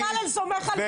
לא, כי בצלאל סומך על ביבי.